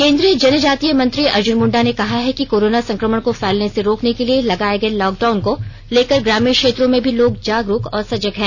केन्द्रीय जनजातीय मंत्री अर्जुन मुंडा ने कहा है कि कोरोना संक्रमण को फैलने से रोकने के लिए लगाए गए लॉकडाउन को लेकर ग्रामीण क्षेत्रों में भी लोग जागरूक और सजग है